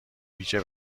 ویژه